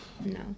No